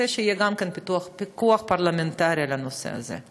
כדי שיהיה גם פיקוח פרלמנטרי על הנושא הזה.